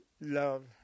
Love